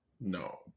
no